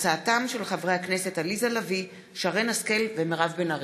תודה.